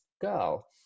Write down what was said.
girl